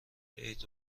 عید